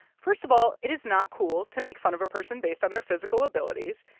first of all, it is not cool to make fun of a person based on their physical abilities.